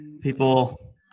People